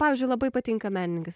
pavyzdžiui labai patinka menininkas